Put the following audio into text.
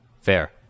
Fair